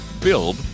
Build